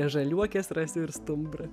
žaliuokės rasi ir stumbrą